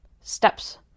steps